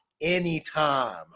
anytime